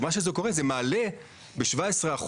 זה מעלה ב-17%.